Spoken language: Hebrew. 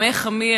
עמך עמי,